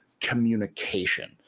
communication